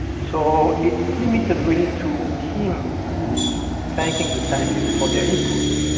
so it's limited really to him thanking the scientists for their input.